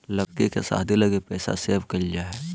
लड़की के शादी लगी पैसा सेव क़इल जा हइ